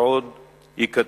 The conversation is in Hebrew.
ועוד ייכתבו.